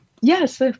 Yes